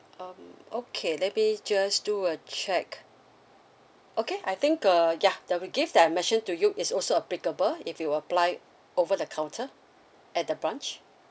um okay let me just do a check okay I think uh ya the gift that I mentioned to you is also applicable if you apply over the counter at the branch